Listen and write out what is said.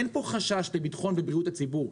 אין פה חשש לביטחון ובריאות הציבור,